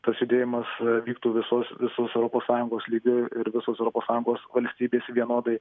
tas judėjimas vyktų visos visos europos sąjungos lygiu ir visos europos sąjungos valstybės vienodai